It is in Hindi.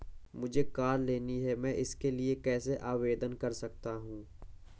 मुझे कार लेनी है मैं इसके लिए कैसे आवेदन कर सकता हूँ?